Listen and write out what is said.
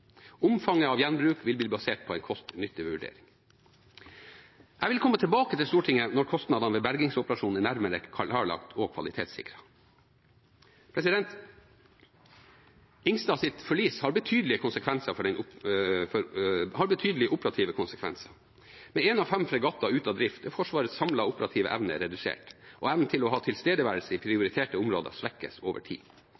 Omfanget av gjenbruk vil bli basert på en kost–nytte-vurdering. Jeg vil komme tilbake til Stortinget når kostnadene ved bergingsoperasjonen er nærmere klarlagt og kvalitetssikret. «Helge Ingstad»s forlis har betydelige operative konsekvenser. Med en av fem fregatter ute av drift er Forsvarets samlede operative evne redusert, og evnen til å ha tilstedeværelse i